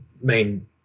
main